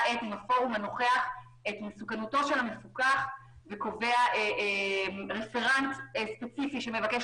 עת עם הפורום הנוכח את מסוכנותו של המפוקח וקובע רפרנט ספציפי שמבקש